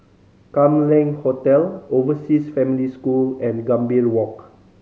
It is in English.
Kam Leng Hotel Overseas Family School and Gambir Walk